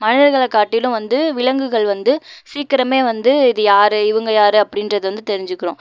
மனிதர்களை காட்டிலும் வந்து விலங்குகள் வந்து சீக்கிரமே வந்து இது யார் இவங்க யார் அப்படின்றது வந்து தெரிஞ்சிக்கிடும்